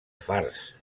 fars